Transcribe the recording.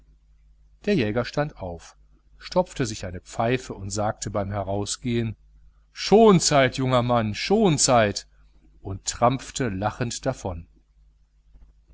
der jäger stand auf stopfte sich eine pfeife und sagte beim herausgehen schonzeit junger mann schonzeit und trampfte lachend davon